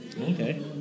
Okay